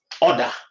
order